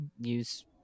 use